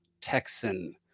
Texan